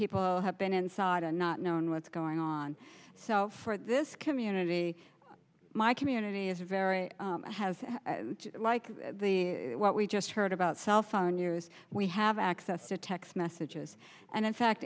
people have been inside and not knowing what's going on so for this community my community is very has like the what we just heard about cell phone use we have access to text messages and in